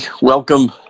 welcome